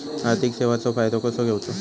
आर्थिक सेवाचो फायदो कसो घेवचो?